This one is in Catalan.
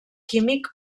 químic